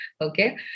okay